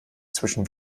zwischen